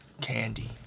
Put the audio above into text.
candy